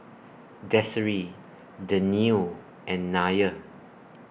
Desiree Danielle and Nyah